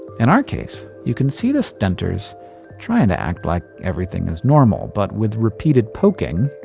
in our case, you can see the stentors trying to act like everything is normal. but with repeated poking,